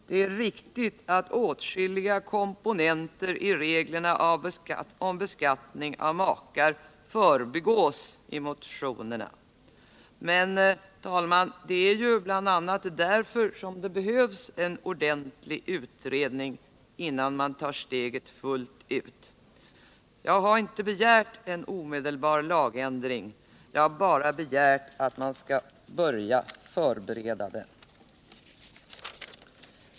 Det är riktigt att åtskilliga komponenter i reglerna om beskattning av makar förbigås i motionerna, men, herr talman, det är ju bl.a. därför som det behövs en ordentlig utredning innan man tar steget fullt ut! Jag har inte begärt en omedelbar lagändring; jag har bara begärt att man skall börja förbereda den.